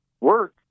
work